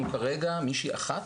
כרגע יש לנו מישהי אחת,